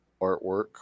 artwork